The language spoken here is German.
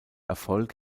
erfolg